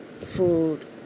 food